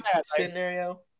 scenario